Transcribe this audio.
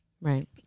Right